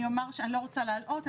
אני לא רוצה להלאות,